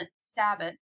Sabbath